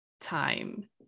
time